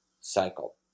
cycle